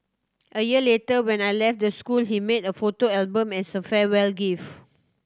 a year later when I left the school he made a photo album as a farewell gift